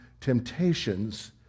temptations